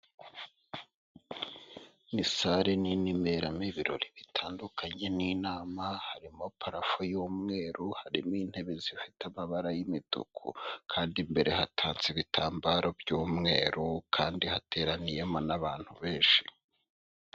Ni sale nini iberamo ibirori bitandukanye n'inama, harimo parafo y'umweru, harimo intebe zifite amabara y'imituku kandi imbere hatatse ibitambaro by'umweru kandi hateraniyemo n'abantu benshi.